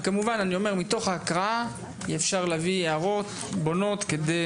כמובן מתוך ההקראה אפשר להביא הערות וקולות כדי